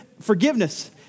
forgiveness